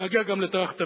ונגיע גם לטרכטנברג,